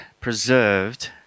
preserved